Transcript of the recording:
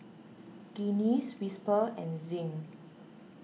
Guinness Whisper and Zinc